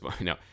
no